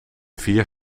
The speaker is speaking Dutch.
vier